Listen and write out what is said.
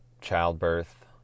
Childbirth